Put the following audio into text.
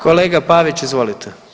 Kolega Pavić, izvolite